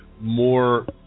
more